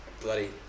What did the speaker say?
bloody